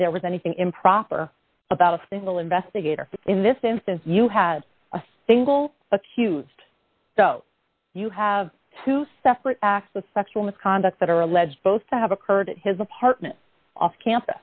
there was anything improper about a single investigator in this instance you had a single accused you have two separate acts of sexual misconduct that are alleged both to have occurred at his apartment off campus